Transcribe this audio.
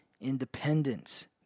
independence